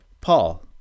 Paul